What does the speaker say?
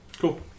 Cool